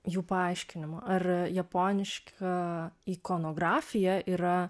jų paaiškinimų ar japoniška ikonografija yra